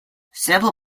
sample